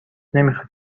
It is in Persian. نمیخواد